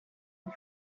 une